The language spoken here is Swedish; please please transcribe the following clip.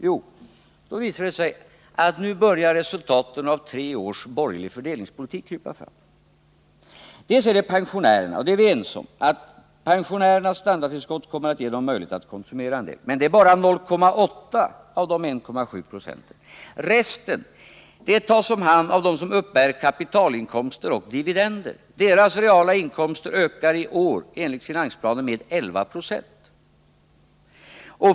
Jo, då börjar resultaten av tre års borgerlig fördelningspolitik krypa fram. Pensionärerna är en av de kategorier som skall göra det — vi är ense om att pensionärernas standardtillskott kommer att ge dem möjlighet att konsumera en del, men det är bara 0,8 av de 1,7 procenten. Resten tas om hand av dem som uppbär kapitalinkomster och dividender. Deras reala inkomster ökar i år enligt finansplanen med 11 26.